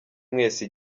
mwese